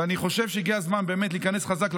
ואני חושב שהגיע הזמן להיכנס חזק,